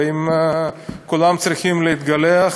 ואם כולם צריכים להתגלח,